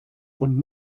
und